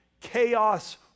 Chaos